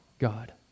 God